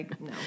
no